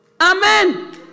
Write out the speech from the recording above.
amen